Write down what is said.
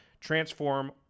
transform